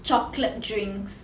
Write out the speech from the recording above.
chocolate drinks